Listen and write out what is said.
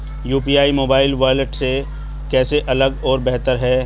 UPI mobile wallet से कैसे अलग और बेहतर है?